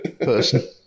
person